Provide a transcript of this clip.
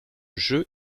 jeu